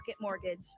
Mortgage